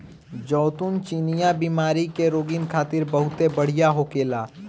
जैतून चिनिया बीमारी के रोगीन खातिर बहुते बढ़िया होखेला